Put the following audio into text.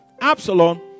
Absalom